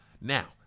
Now